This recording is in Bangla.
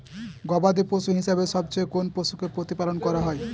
গবাদী পশু হিসেবে সবচেয়ে কোন পশুকে প্রতিপালন করা হয়?